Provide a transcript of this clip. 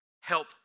Help